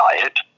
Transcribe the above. diet